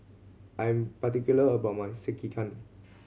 I am particular about my Sekihan